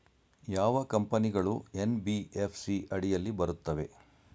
ಯಾವ ಕಂಪನಿಗಳು ಎನ್.ಬಿ.ಎಫ್.ಸಿ ಅಡಿಯಲ್ಲಿ ಬರುತ್ತವೆ?